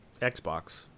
Xbox